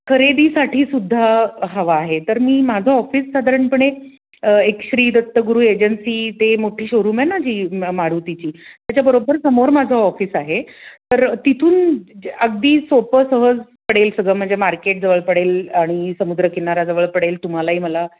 खरेदीसाठी सुद्धा हवा आहे तर मी माझं ऑफिस साधारणपणे एक श्री दत्तगुरू एजन्सी ते मोठी शो रूम आहे ना जी मारुतीची त्याच्याबरोबर समोर माझं ऑफिस आहे तर तिथून अगदी सोपं सहज पडेल सगळं म्हणजे मार्केट जवळ पडेल आणि समुद्रकिनाऱ्याजवळ पडेल तुम्हालाही मला